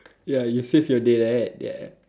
ya he saved your day right yeah